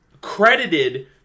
credited